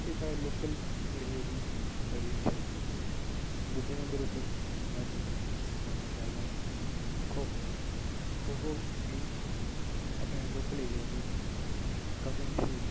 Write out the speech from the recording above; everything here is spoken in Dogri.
एह् साढ़े लोकल एरिया दी बड़ी मशहूर चीज़ ऐ दूऐ नंबर उप्पर में तुसेंगी सनाना चाह्नां खो खो खो खो बी अपने लोकल एरिया दी काफी मश्हूर गेम ही